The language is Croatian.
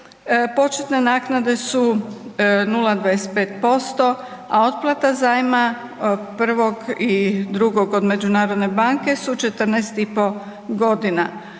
Početne naknade su 0,25%, a otplata zajma prvog i drugog od međunarodne banke su 14,5 godina,